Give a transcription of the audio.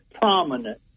prominent